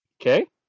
Okay